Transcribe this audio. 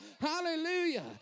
Hallelujah